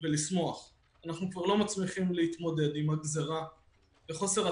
אנחנו מעוניינים לפתור את הבעיה